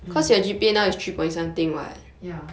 ya